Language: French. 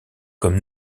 comme